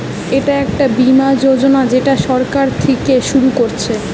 এটা একটা বীমা যোজনা যেটা সরকার থিকে শুরু করছে